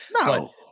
No